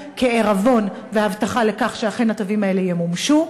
כעירבון והבטחה לכך שאכן התווים האלה ימומשו,